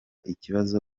ikibazo